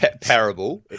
parable